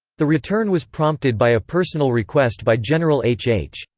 the return was prompted by a personal request by general h. h.